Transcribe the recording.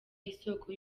isoko